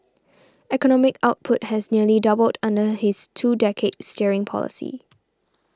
economic output has nearly doubled under his two decades steering policy